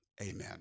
amen